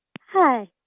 Hi